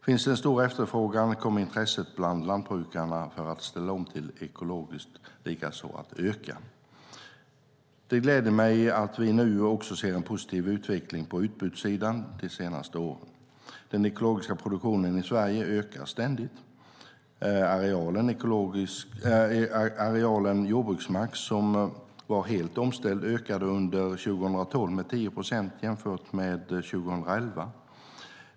Finns det en stor efterfrågan kommer intresset bland lantbrukarna för att ställa om till ekologiskt likaså att öka. Det gläder mig att vi nu också ser en positiv utveckling på utbudssidan de senaste åren. Den ekologiska produktionen i Sverige ökar ständigt. Arealen jordbruksmark som var helt omställd ökade under 2012 med 10 procent jämfört med 2011.